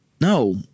no